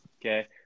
okay